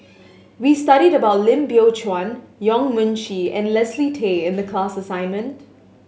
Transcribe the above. we studied about Lim Biow Chuan Yong Mun Chee and Leslie Tay in the class assignment